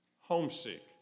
homesick